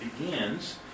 begins